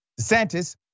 DeSantis